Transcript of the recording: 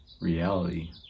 reality